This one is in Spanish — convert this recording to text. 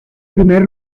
primer